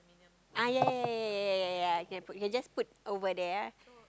ah ya ya ya ya ya ya can put can just put over there